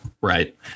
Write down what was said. right